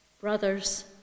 brothers